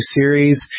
series